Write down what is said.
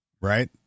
right